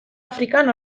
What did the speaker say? afrikan